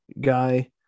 guy